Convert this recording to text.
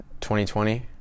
2020